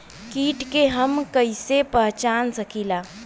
कीट के हम कईसे पहचान सकीला